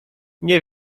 nie